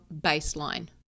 baseline